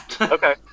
okay